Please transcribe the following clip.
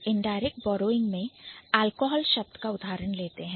Indirect Borrowing मैं Alchohol शब्द का उदाहरण लेते हैं